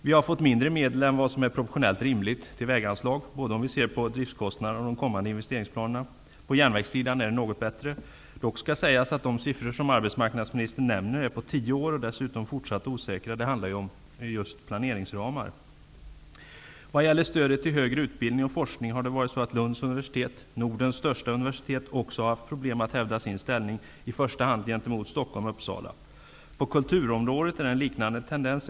Vi har fått mindre medel än vad som är proportionellt rimligt till väganslag när det gäller både driftskostnaderna och de kommande investeringsplanerna. På järnvägssidan är det något bättre. Dock skall sägas att de siffror som arbetsmarknadsministern nämner gäller tio år och dessutom är fortsatt osäkra. Det handlar om planeringsramar. Vad gäller stödet till högre utbildning och forskning har Lunds universitet, Nordens största universitet, också haft problem med att hävda sin ställning i första hand gentemot Stockholm och Uppsala. På kulturområdet är det en liknande tendens.